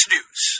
News